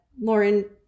Lauren